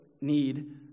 need